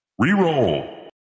Reroll